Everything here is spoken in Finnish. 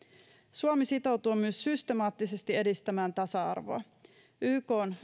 suomi sitoutuu myös systemaattisesti edistämään tasa arvoa ykn